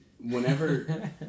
whenever